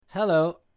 Hello